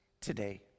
today